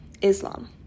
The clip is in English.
Islam